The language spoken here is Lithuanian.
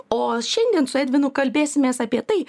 o šiandien su edvinu kalbėsimės apie tai